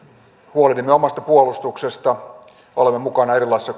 huolehdimme omasta puolustuksesta olemme mukana erilaisissa